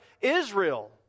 Israel